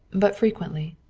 but frequently.